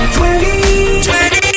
Twenty